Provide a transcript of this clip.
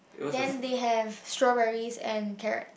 then they have strawberries and carrot